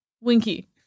Winky